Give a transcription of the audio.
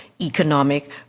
economic